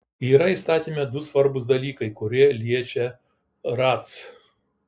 yra įstatyme du svarbūs dalykai kurie liečia ratc